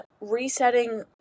resetting